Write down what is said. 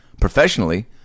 professionally